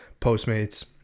Postmates